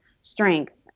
strength